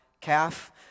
calf